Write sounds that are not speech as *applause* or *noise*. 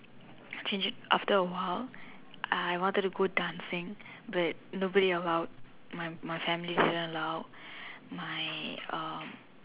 change it after a while I wanted to go dancing but nobody allowed my my family *breath* didn't allow my um